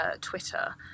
Twitter